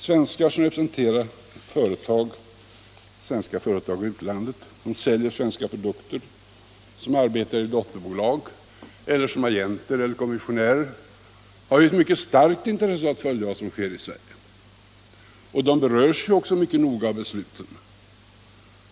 Svenskar, som representerar svenska företag i utlandet, som säljer svenska produkter, som arbetar i dotterbolag eller såsom agenter eller kommissionärer, har ett mycket starkt intresse av att följa vad som sker i Sverige. De berörs ju också i hög grad av besluten.